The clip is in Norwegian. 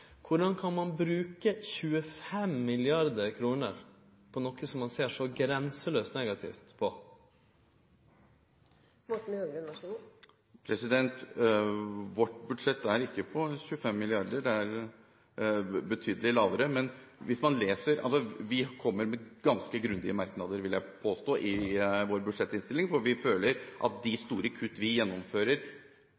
Korleis kan ein bruke 25 mrd. kr på noko som ein ser så grenselaust negativt på? Vårt budsjett er ikke på 25 mrd. kr, det er betydelig lavere. Vi kommer med ganske grundige merknader, vil jeg påstå, i vår budsjettinnstilling, for vi føler at